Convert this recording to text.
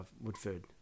Woodford